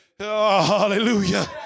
hallelujah